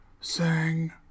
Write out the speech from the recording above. sang